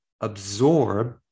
absorb